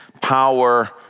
power